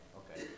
okay